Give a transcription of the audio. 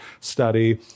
study